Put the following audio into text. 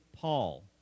Paul